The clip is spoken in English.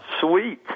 Sweet